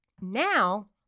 Now